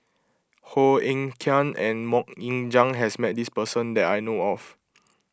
Koh Eng Kian and Mok Ying Jang has met this person that I know of